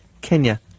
Kenya